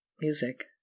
music